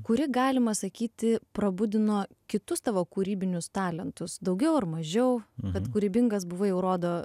kuri galima sakyti prabudino kitus tavo kūrybinius talentus daugiau ar mažiau kad kūrybingas buvai jau rodo